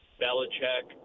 belichick